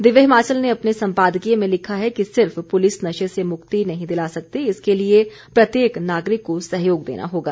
दिव्य हिमाचल ने अपने सम्पादकीय में लिखा है कि सिर्फ पुलिस नशे से मुक्ति नहीं दिला सकती इसके लिए प्रत्येक नागरिक को सहयोग देना होगा